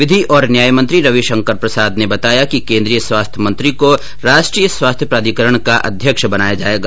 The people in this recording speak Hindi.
विधि और न्याय मंत्री रविशंकर प्रसाद ने बताया कि केंद्रीय स्वास्थ्य मंत्री को राष्ट्रीय स्वास्थ्य प्राधिकरण का अध्यक्ष बनाया जाएगा